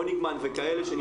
הוניגמן וכאלה.